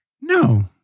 no